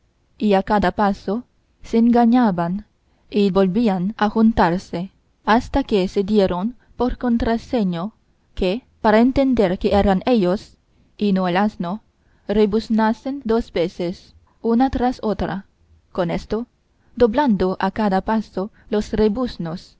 y a cada paso se engañaban y volvían a juntarse hasta que se dieron por contraseño que para entender que eran ellos y no el asno rebuznasen dos veces una tras otra con esto doblando a cada paso los rebuznos